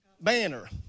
banner